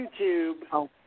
YouTube